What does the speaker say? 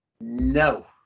No